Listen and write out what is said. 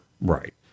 right